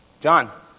John